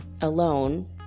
alone